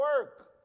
work